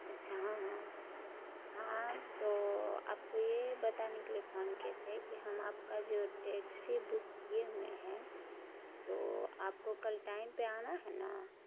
اچھا ہاں ہاں ہاں ہم تو آپ کو یہ بتانے کے لیے فون کیے تھے کہ ہم آپ کا جو ٹیکسی بک کیے ہوئے ہیں تو آپ کو کل ٹائم پہ آنا ہے نا